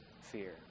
fear